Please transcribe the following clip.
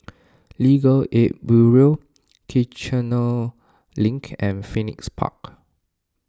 Legal Aid Bureau Kiichener Link and Phoenix Park